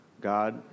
God